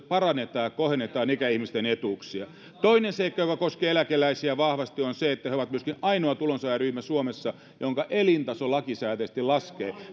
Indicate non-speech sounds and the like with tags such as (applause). (unintelligible) parannetaan ja kohennetaan ikäihmisten etuuksia toinen seikka joka koskee eläkeläisiä vahvasti on se että he ovat myöskin ainoa tulonsaajaryhmä suomessa jonka elintaso lakisääteisesti laskee